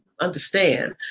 understand